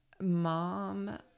Mom